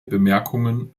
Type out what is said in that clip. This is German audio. bemerkungen